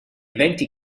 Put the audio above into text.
eventi